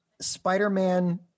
Spider-Man